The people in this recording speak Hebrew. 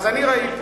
אז אני ראיתי.